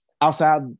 outside